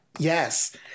Yes